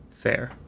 fair